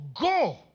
go